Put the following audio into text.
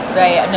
right